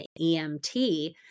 EMT